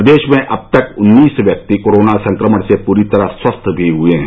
प्रदेश में अब तक उन्नीस व्यक्ति कोरोना संक्रमण से पूरी तरह स्वस्थ भी हुए हैं